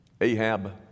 Ahab